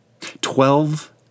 Twelve